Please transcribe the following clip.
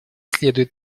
следует